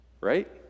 right